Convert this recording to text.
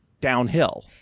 downhill